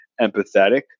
empathetic